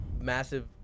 massive